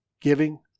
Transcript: giving